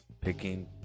picking